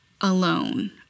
alone